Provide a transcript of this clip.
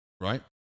right